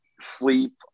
sleep